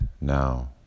now